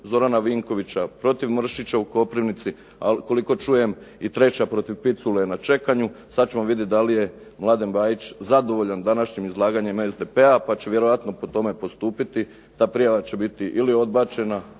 Zorana Vinkovića, protiv Mršića u Koprivnici, a koliko čujem i treća protiv Picule je na čekanju. Sad ćemo vidjeti da li je Mladen Bajić zadovoljan današnjim izlaganjem SDP-a pa će vjerojatno po tome postupiti. Ta prijava će biti ili odbačena,